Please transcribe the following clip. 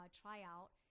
tryout